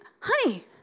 honey